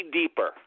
deeper